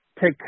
take